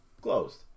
closed